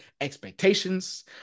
expectations